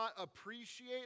appreciate